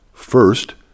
First